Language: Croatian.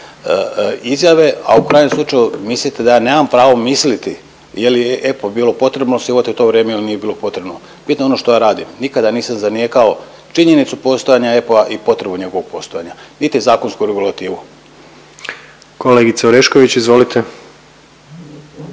izjave. A u krajnjem slučaju, mislite da ja nemam pravo misliti je li EPPO bilo potrebno osnivati u to vrijeme ili nije bilo potrebno? Bitno je ono što ja radim. Nikada nisam zanijekao činjenicu postojanja EPPO-a potrebu njegovog postojanja niti zakonsku regulativu. **Jandroković, Gordan